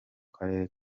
karere